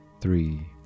three